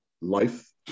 life